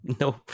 No